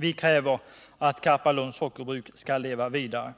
Vi kräver att Karpalunds Sockerbruk skall leva vidare.